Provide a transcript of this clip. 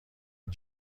این